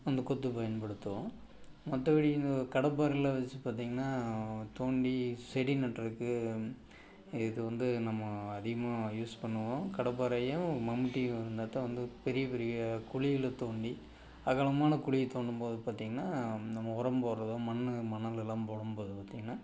அந்த கொத்து பயன்படுத்துவோம் மற்றபடி கடப்பாரைலாம் வச்சி பார்த்திங்கன்னா தோண்டி செடி நடுறத்துக்கு இது வந்து நம்ம அதிகமாக யூஸ் பண்ணுவோம் கடப்பாரையும் மண்வெட்டியும் இருந்தால் தான் வந்து பெரிய பெரிய குழிகளை தோண்டி அகலமான குழியை தோண்டும் போது வந்து பார்த்திங்கன்னா நம்ம ஒரம் போடுறதும் மண்ணு மணல்லெல்லாம் போடும் போது பார்த்திங்கன்னா